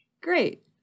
Great